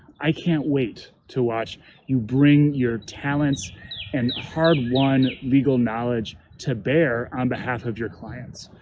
i can't wait to watch you bring your talents and hard-won legal knowledge to bear on behalf of your clients.